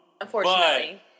Unfortunately